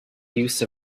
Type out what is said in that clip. use